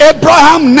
Abraham